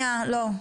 לא.